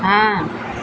हाँ